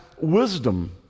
wisdom